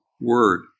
word